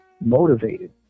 motivated